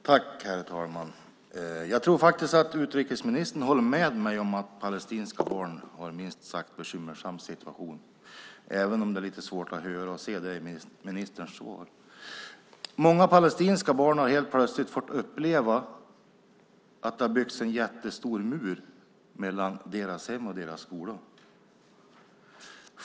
Herr talman! Jag tror faktiskt att utrikesministern håller med mig om att de palestinska barnen har en minst sagt bekymmersam situation, även om det är lite svårt att höra och se det i ministerns svar. Många palestinska barn har helt plötsligt fått uppleva att det har byggts en jättestor mur mellan deras hem och deras skola.